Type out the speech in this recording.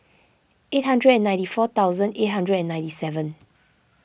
eight hundred and ninety four thousand eight hundred and ninety seven